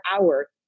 hour